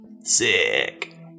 Sick